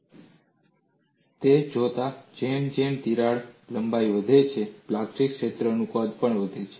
અને તે જોતા જેમ જેમ તિરાડ લંબાઈ વધે છે પ્લાસ્ટિક ક્ષેત્રનું કદ પણ વધે છે